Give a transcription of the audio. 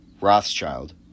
Rothschild